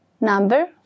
number